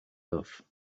earth